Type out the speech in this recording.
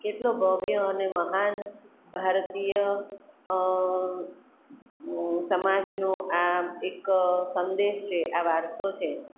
કેટલો ભવ્ય અને મહાન ભારતીય સમાજનો આ એક સંદેશ છે આ વારસો છે